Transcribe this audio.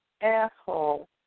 asshole